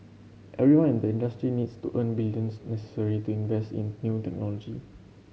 everyone in the industry needs to earn the billions necessary to invest in new technology